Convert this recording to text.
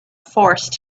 forced